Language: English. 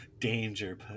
danger